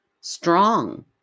strong